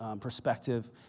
perspective